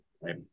right